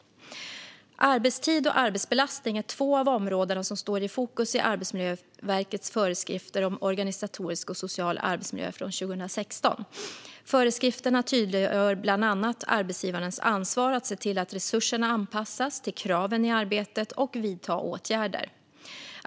Arbetstid och arbetsbelastning är två av områdena som står i fokus i Arbetsmiljöverkets föreskrifter om organisatorisk och social arbetsmiljö från 2016. Föreskrifterna tydliggör bland annat arbetsgivarens ansvar att se till att resurserna anpassas till kraven i arbetet och vidta åtgärder.